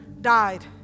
died